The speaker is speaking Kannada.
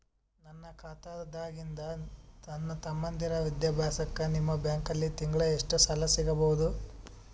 ನನ್ನ ಖಾತಾದಾಗಿಂದ ನನ್ನ ತಮ್ಮಂದಿರ ವಿದ್ಯಾಭ್ಯಾಸಕ್ಕ ನಿಮ್ಮ ಬ್ಯಾಂಕಲ್ಲಿ ತಿಂಗಳ ಎಷ್ಟು ಸಾಲ ಸಿಗಬಹುದು?